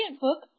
book